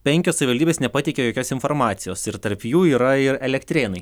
penkios savivaldybės nepateikė jokios informacijos ir tarp jų yra ir elektrėnai